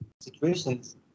situations